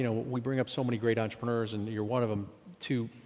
you know we bring up so many great entrepreneurs and you're one of them to,